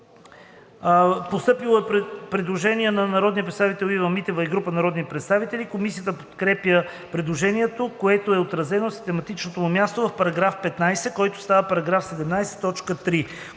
Постъпило е предложение на народния представител Ива Митева и група народни представители. Комисията подкрепя предложението, което е отразено на систематичното му място в § 15, който става § 17,